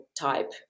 type